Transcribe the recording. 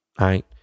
right